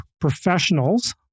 professionals